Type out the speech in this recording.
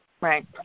Right